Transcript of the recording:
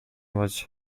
was